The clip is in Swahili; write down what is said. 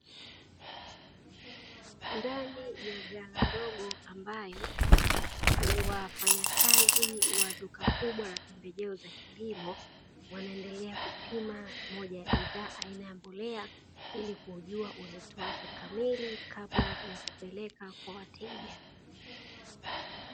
Ndani ya ghala ndogo ambayo wafanyakazi wa duka kubwa la pembejeo za kilimo wanaendelea kupima moja ya bidhaa aina ya mbolea, ili kujua uzito wake kamili kabla ya kupeleka kwa wateja.